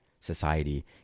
society